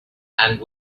and